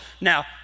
Now